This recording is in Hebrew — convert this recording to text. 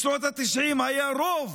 בשנות התשעים היה רוב